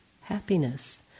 happiness